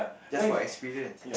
just for experience